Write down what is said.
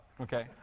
okay